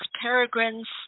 peregrines